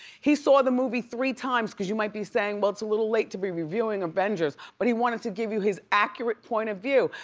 he saw the movie three times, cause you might be saying, well it's a little late to be reviewing avenger's but he wanted to give you his accurate point of view.